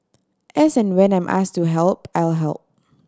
as and when I'm ask to help I'll help